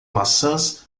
maçãs